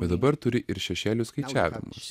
bet dabar turi ir šešėlių skaičiavimus